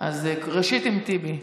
אז ראשית עם טיבי.